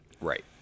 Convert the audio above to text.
Right